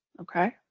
okay